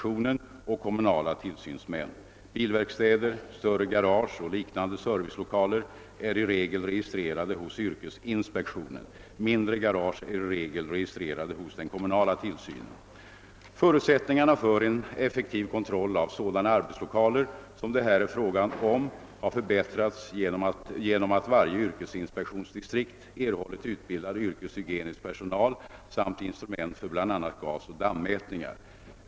och liknande servicelokaler är i regel registrerade hos <yrkesinspektionen. Mindre garage är i regel registrerade hos den kommunala tillsynen. Förutsättningarna för en effektiv kontroll av sådana arbetslokaler som det här är fråga om har förbättrats genom att varje yrkesinspektionsdistrikt erhållit utbildad yrkeshygienisk personal samt instrument för bl.a. gasoch dammätningar.